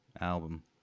album